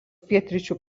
pietryčių